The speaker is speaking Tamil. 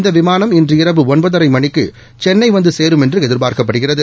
இந்த விமானம் இன்று இரவு ஒன்பதரை மணிக்கு சென்னை வந்து சேரும் என்று எதி்பார்க்கப்படுகிறது